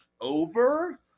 over